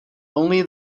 only